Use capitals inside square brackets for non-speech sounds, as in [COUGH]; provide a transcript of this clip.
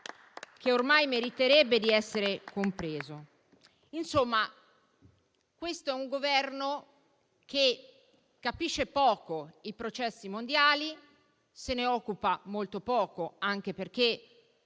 che, ormai, meriterebbe di essere compreso. [APPLAUSE] Insomma questo è un Governo che capisce poco i processi mondiali, se ne occupa molto poco, anche perché